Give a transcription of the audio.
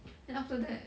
then after that